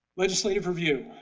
legislative review.